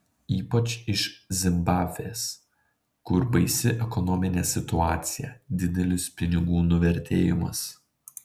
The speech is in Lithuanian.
ypač iš zimbabvės kur baisi ekonominė situacija didelis pinigų nuvertėjimas